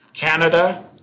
Canada